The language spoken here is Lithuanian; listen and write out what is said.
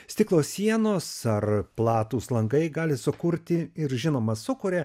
stiklo sienos ar platūs langai gali sukurti ir žinoma sukuria